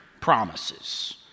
promises